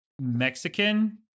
Mexican